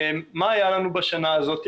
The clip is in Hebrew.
מה היה לנו בשנה הזאת?